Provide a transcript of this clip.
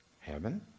Heaven